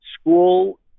school